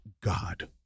God